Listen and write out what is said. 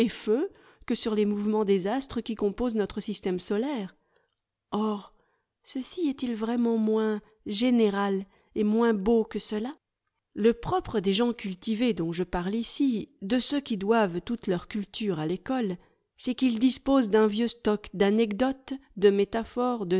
que sur les mouvements des astres qui composent notre système solaire or ceci est-il vraiment moins général et moins beau que cela le propre des gens cultivés dont je parle ici de ceux qui doivent toute leur culture à tecole c'est qu'ils disposent d'un vieux stock d'anecdotes de métaphores